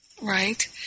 Right